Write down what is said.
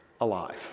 alive